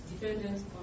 dependence